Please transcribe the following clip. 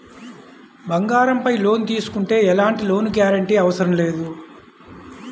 బంగారంపై లోను తీసుకుంటే ఎలాంటి లోను గ్యారంటీ అవసరం లేదు